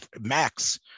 Max